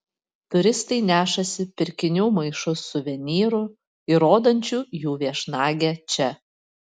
turistai nešasi pirkinių maišus suvenyrų įrodančių jų viešnagę čia